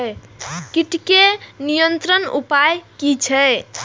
कीटके नियंत्रण उपाय कि छै?